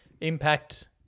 Impact